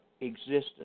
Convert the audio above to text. existence